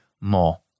more